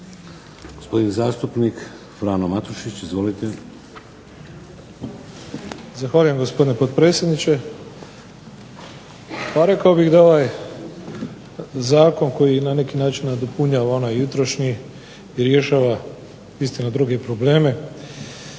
Gospodin zastupnik Frano Matušić. Izvolite. **Matušić, Frano (HDZ)** Zahvaljujem gospodine potpredsjedniče. Pa rekao bih da ovaj Zakon koji na neki način nadopunjava onaj jutrošnji i rješava istina druge probleme